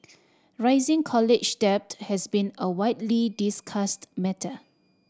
rising college debt has been a widely discussed matter